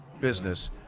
business